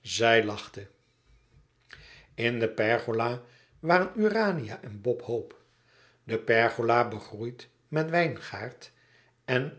zij lachte in de pergola waren urania en bob hope de pergola begroeid met wijngaard en